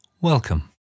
Welcome